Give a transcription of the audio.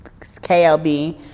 KLB